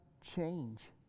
change